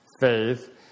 faith